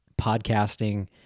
podcasting